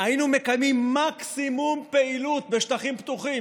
היינו מקיימים מקסימום פעילות בשטחים פתוחים,